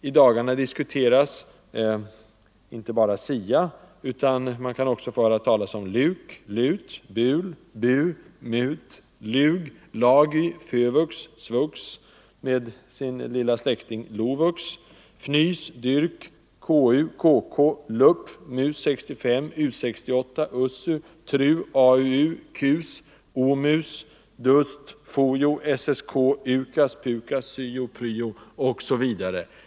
I dagarna diskuteras inte bara SIA, utan man kan också få höra talas om LUK, LUT, BUL, BU, MUT, LUG, LAGY, FÖVUX, SVUX - med sin lilla släkting LOVUX —- FNYS, DYRK, KU, KK, LUP, MUS 65, U 68, USSU, TRU, AUU, KUS, OMUS, DUST, FOJO, SSK, UKAS, PUKAS, Syo, Pryo osv.